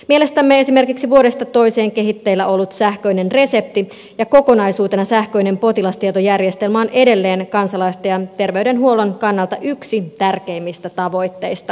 mielestämme esimerkiksi vuodesta toiseen kehitteillä ollut sähköinen resepti ja kokonaisuutena sähköinen potilastietojärjestelmä on edelleen kansalaisten ja terveydenhuollon kannalta yksi tärkeimmistä tavoitteista